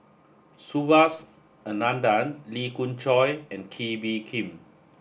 Subhas Anandan Lee Khoon Choy and Kee Bee Khim